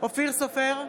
אופיר סופר,